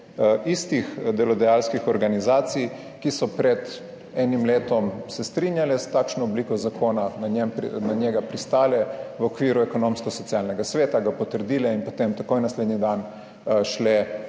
istih delodajalskih organizacij, ki so pred enim letom se strinjale s takšno obliko zakona, na njega pristale v okviru Ekonomsko-socialnega sveta, ga potrdile in potem takoj naslednji dan šle,